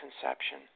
conception